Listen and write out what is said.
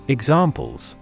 Examples